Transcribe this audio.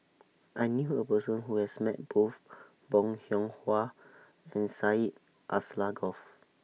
I knew A Person Who has Met Both Bong Hiong Hwa and Syed Alsagoff